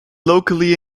locally